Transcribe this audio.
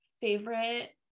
favorite